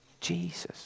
Jesus